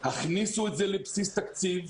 הכניסו את זה לבסיס תקציב,